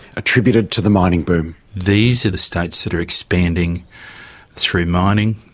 attributed to the mining boom. these are the states that are expanding through mining.